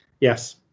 Yes